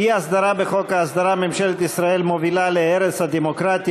אי-הסדרה בחוק ההסדרה: ממשלת ישראל מובילה להרס הדמוקרטיה,